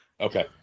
Okay